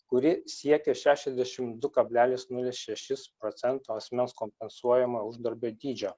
kuri siekia šešiasdešim du kablelis nulis šešis procento asmens kompensuojamo uždarbio dydžio